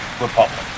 republic